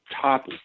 top